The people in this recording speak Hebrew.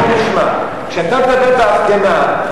כשאתה בא להפגנה,